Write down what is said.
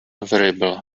variable